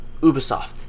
Ubisoft